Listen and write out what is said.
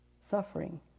suffering